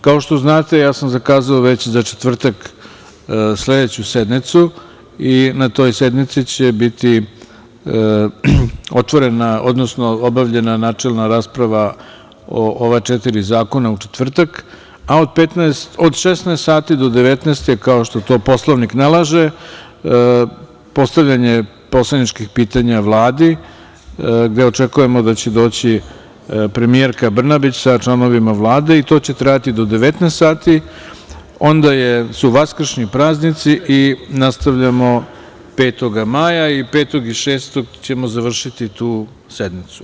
Kao što znate, ja sam zakazao već za četvrtak sledeću sednicu i na toj sednici će biti otvorena, odnosno obavljena načelna rasprava o ova četiri zakona u četiri zakona u četvrtak, a od 16.00 časova do 19.00 časova kao što Poslovnik nalaže postavljanje poslaničkih pitanja Vladi gde očekujemo gde će doći premijerka Brnabić sa članovima Vlade i to će trajati do 19.00 časova, onda su vaskršnji praznici i nastavljamo 5. maja i 5. i 6. maja ćemo završiti tu sednicu.